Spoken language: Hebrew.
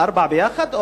ביחד?